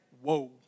whoa